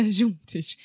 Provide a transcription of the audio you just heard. juntos